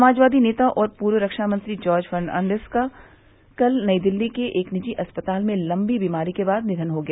समाजवादी नेता और पूर्व रक्षा मंत्री जार्ज फर्नांडीस का कल नई दिल्ली के एक निजी अस्पताल में लंबी बीमारी के बाद निधन हो गया